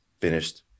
finished